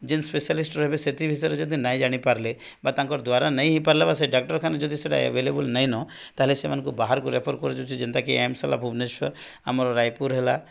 ଯେଉଁ ସ୍ପେଶାଲିଷ୍ଟ ରହିବେ ସେ ବିଷୟରେ ଯଦି ଜାଣିନପାରିଲା ବା ତାଙ୍କ ଦ୍ୱାରା ହୋଇନପାରିଲା ବା ସେ ଡାକ୍ତରଖାନା ଯଦି ସେଟା ଏଭେଲେବଲ ନାହିଁ ତାହେଲେ ସେମାନଙ୍କୁ ବାହାରକୁ ରେଫର୍ କରିଦେଉଛି ଯେଉଁଟାକି ଏମସ ହେଲା ଭୁବନେଶ୍ୱର ଆମର ରାୟପୁର ହେଲା